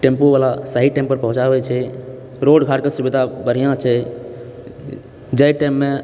tempo वाला सही time पर पहुँचाबै छै रोड बाट कऽ सुविधा बढ़िआँ छै जहि टाइममे